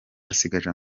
asigaje